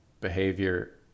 behavior